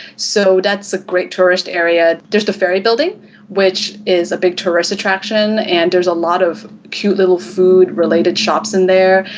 so that's a great tourist area, there's a ferry building which is a big tourist attraction and there's a lot of cute little food related shops in there.